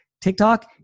TikTok